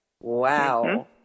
Wow